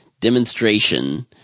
demonstration